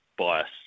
bias